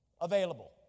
available